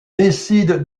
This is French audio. décide